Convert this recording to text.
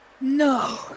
no